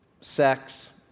sex